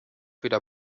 wieder